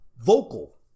vocal